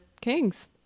kings